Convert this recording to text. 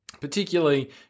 particularly